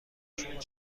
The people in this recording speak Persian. شما